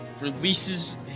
releases